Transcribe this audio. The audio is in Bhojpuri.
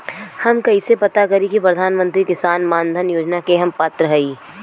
हम कइसे पता करी कि प्रधान मंत्री किसान मानधन योजना के हम पात्र हई?